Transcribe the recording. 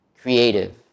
creative